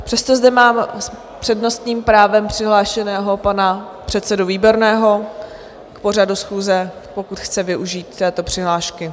Přesto zde mám s přednostním právem přihlášeného pana předsedu Výborného k pořadu schůze, pokud chce využít této přihlášky.